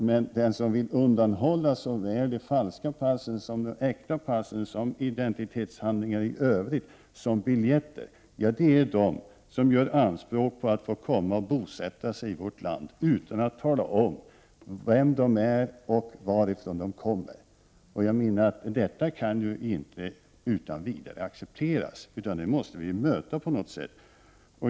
Men de som vill undanhålla såväl pass — falskt eller äkta — och identitetshandlingar i övrigt som biljetter är de som gör anspråk på att få komma och bosätta sig i vårt land utan att tala om vilka de är och varifrån de kommer. Jag menar att detta inte utan vidare kan accepteras. Vi måste möta detta på något sätt.